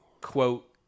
quote